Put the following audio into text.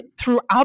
throughout